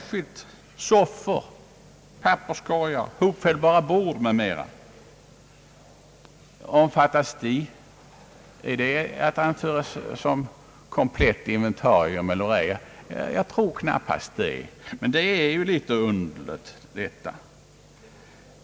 Soffor, papperskorgar, hopfällbara bord m.m. levereras särskilt. är dessa detaljer att hänföra till komplett inventarium eller ej? Jag tror knappast att de är det, men förhållandet är en smula underligt.